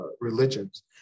religions